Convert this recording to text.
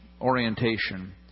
orientation